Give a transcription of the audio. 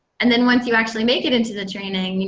and then once you actually make it into the training you